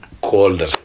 Colder